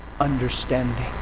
understanding